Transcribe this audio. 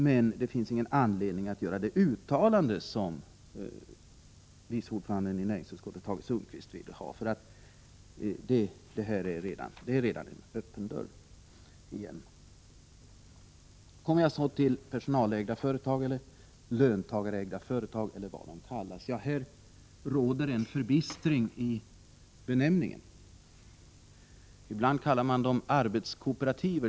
Men det finns ingen anledning att göra det uttalande som vice ordföranden i näringsutskottet Tage Sundkvist vill ha. Också här har vi en öppen dörr. Sedan kommer jag till personalägda eller löntagarägda företag eller vad man kallar dem. Här råder en förbistring beträffande benämningen. Ibland kallar man dessa företag arbetskooperativ.